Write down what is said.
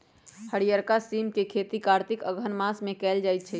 हरियरका सिम के खेती कार्तिक अगहन मास में कएल जाइ छइ